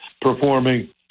performing